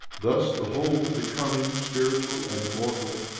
thus the whole becoming spiritual and immortal,